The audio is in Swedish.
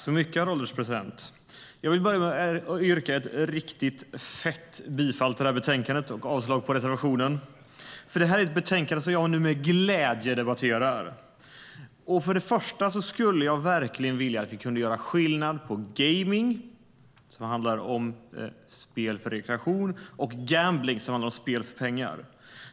Herr ålderspresident! Jag vill börja med att yrka ett riktigt fett bifall till utskottets förslag i betänkandet och avslag på reservationen. Detta är ett betänkande som jag med glädje nu debatterar. Först och främst skulle jag verkligen vilja att vi kunde göra skillnad på gaming, som handlar om spel för rekreation, och gambling, som handlar om spel för pengar.